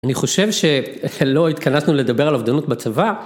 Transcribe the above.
אני חושב שלא התכנסנו לדבר על אובדנות בצבא.